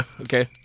Okay